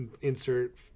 insert